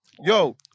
Yo